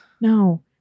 No